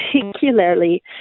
particularly